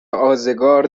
آزگار